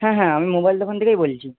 হ্যাঁ হ্যাঁ আমি মোবাইল দোকান থেকেই বলছি